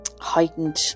heightened